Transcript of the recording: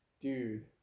dude